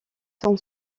son